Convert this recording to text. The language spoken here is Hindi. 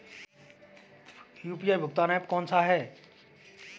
यू.पी.आई भुगतान ऐप कौन सा है?